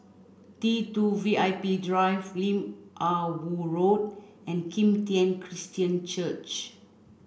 T two V I P Drive Lim Ah Woo Road and Kim Tian Christian Church